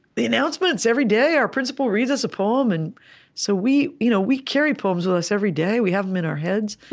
the announcements, every day, our principal reads us a poem. and so we you know we carry poems with us every day. we have them in our heads.